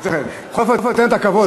בכל אופן, תן לו את הכבוד.